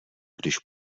když